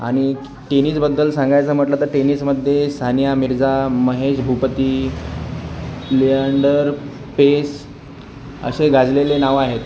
आणि टेनिसबद्दल सांगायचं म्हटलं तर टेनिसमध्ये सानिया मिर्झा महेश भूपती लिअँडर पेस असे गाजलेले नावं आहेत